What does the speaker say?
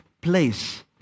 place